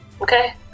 Okay